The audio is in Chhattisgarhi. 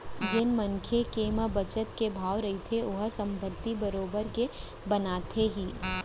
जेन मनसे के म बचत के भाव रहिथे ओहा संपत्ति बरोबर के बनाथे ही